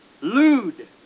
lewd